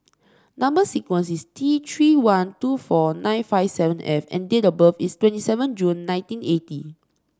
number sequence is T Three one two four nine five seven F and date of birth is twenty seven June nineteen eighty